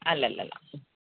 അല്ലല്ലല്ല